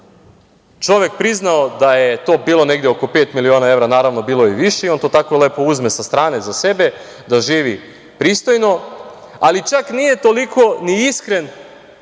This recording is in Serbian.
čovek priznao da je to bilo negde oko pet miliona evra, naravno bilo je i više, on to tako lepo uzme sa strane za sebe da živi pristojno, ali čak nije toliko ni iskren